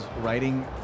writing